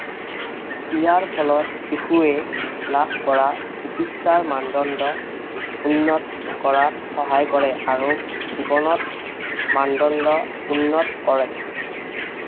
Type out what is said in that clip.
ইয়াৰ ফলত শিশুৱে লাভ কৰা চিকিৎসাৰ মানদণ্ড উন্নত কৰাত সহায় কৰে আৰু জীৱনত মানদণ্ড উন্নত কৰে